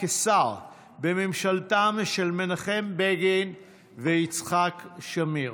כשר בממשלתם של מנחם בגין ויצחק שמיר.